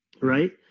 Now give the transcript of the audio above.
right